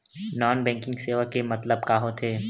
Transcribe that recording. Non banking सेवा के मतलब का होथे?